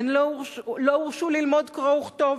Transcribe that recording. הן לא הורשו ללמוד קרוא וכתוב,